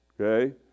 okay